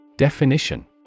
Definition